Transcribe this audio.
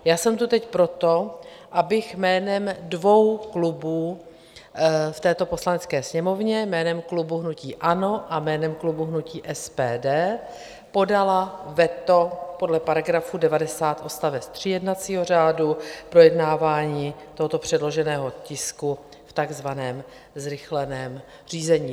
Já jsem tu teď proto, abych jménem dvou klubů v této Poslanecké sněmovně, jménem klubu hnutí ANO a jménem klubu hnutí SPD, podala veto podle § 90 odst. 3 jednacího řádu na projednávání tohoto předloženého tisku v takzvaném zrychleném řízení.